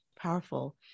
Powerful